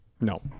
No